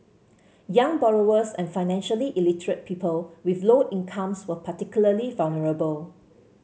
young borrowers and financially illiterate people with low incomes were particularly vulnerable